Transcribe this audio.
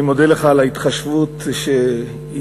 אני מודה לך על ההתחשבות בכך שאיחרנו,